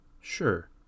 Sure